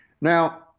Now